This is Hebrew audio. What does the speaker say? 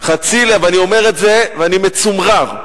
אני אומר את זה ואני מצומרר.